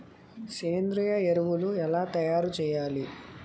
సేంద్రీయ ఎరువులు ఎలా తయారు చేయాలి?